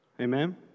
Amen